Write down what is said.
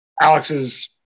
Alex's